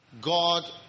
God